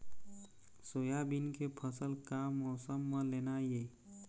Soybean के फसल का मौसम म लेना ये?